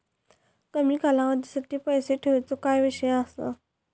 कमी कालावधीसाठी पैसे ठेऊचो काय विषय असा?